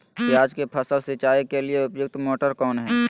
प्याज की फसल सिंचाई के लिए उपयुक्त मोटर कौन है?